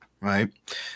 Right